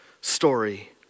story